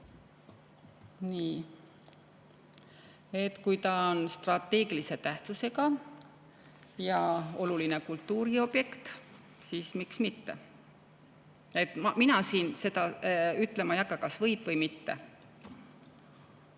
Kui see on strateegilise tähtsusega ja oluline kultuuriobjekt, siis miks mitte. Mina siin ütlema ei hakka, kas võib või mitte.